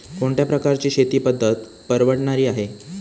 कोणत्या प्रकारची शेती पद्धत परवडणारी आहे?